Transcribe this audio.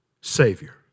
Savior